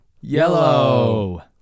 yellow